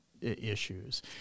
issues